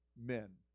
men